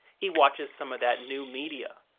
he watches some of that new media.